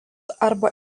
arba